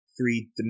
three